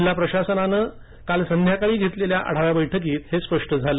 जिल्हा प्रशासनानं संध्याकाळी घेतलेल्या आढाव्यात हे स्पष्ट झालं